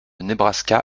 nebraska